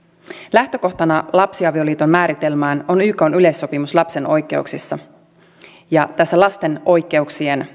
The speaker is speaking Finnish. lähtökohtana lapsiavioliiton määritelmään on ykn yleissopimus lapsen oikeuksista ja tämän lapsen oikeuksien